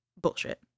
bullshit